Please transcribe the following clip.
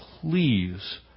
please